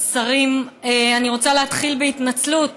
השרים, אני רוצה להתחיל בהתנצלות